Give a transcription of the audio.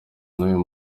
n’uyu